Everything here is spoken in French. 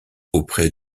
auprès